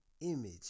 image